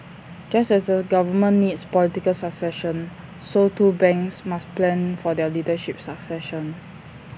just as A government needs political succession so too banks must plan for their leadership succession